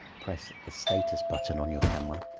press the status button on your camera,